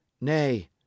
Nay